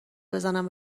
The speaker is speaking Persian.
بزنم